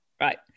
right